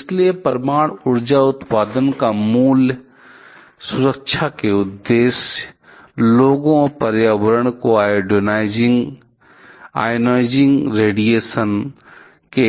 इसलिए परमाणु ऊर्जा उत्पादन का मूल सुरक्षा उद्देश्य लोगों और पर्यावरण को आयोनाइजिंग रेडिएशन के